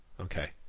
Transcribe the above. Okay